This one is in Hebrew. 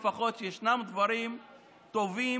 שלפחות ישנם דברים טובים